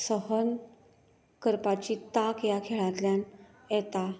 सहन करपाची तांक ह्या खेळांतल्यान येता